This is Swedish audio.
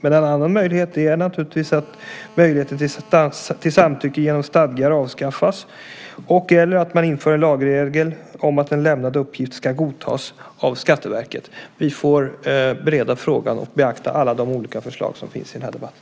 En annan möjlighet är naturligtvis att möjligheten till samtycke genom stadgar avskaffas eller att man inför en lagregel om att en lämnad uppgift ska godtas av Skatteverket. Vi får bereda frågan och beakta alla de olika förslag som finns i den här debatten.